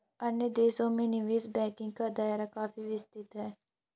अन्य देशों में निवेश बैंकिंग का दायरा काफी विस्तृत है